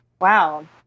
wow